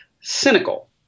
cynical